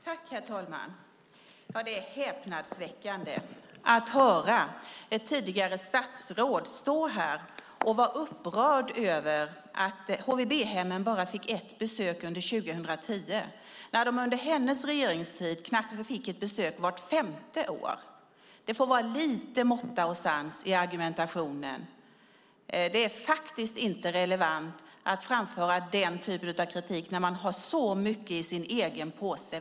Herr talman! Det är häpnadsväckande att höra ett tidigare statsråd vara upprörd över att HVB-hemmen bara fick ett besök under 2010 när de under hennes regeringstid knappt fick ett besök vart femte år. Det får vara lite sans och måtta i argumentationen! Det är inte relevant att framföra den typen av kritik när man har så mycket i sin egen påse.